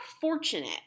fortunate